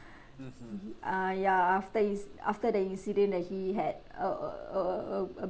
he uh ya after is after the incident that he had a a a a a a